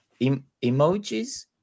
emojis